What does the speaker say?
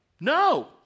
No